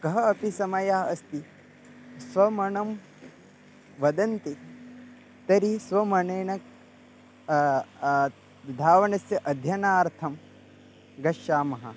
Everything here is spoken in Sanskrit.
कः अपि समय अस्ति स्वमणं वदन्ति तर्हि स्वमणेन धावनस्य अध्यनार्थं गच्छामः